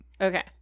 Okay